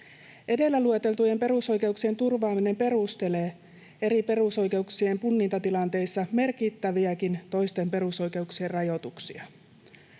Edellä lueteltujen perusoikeuksien turvaaminen perustelee eri perusoikeuksien punnintatilanteissa merkittäviäkin toisten perusoikeuksien rajoituksia.